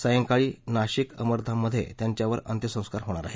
सायंकाळी नाशिक अमरधाम मध्ये त्यांच्यावर अंत्यसंस्कार होणार आहेत